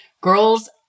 girls